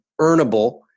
earnable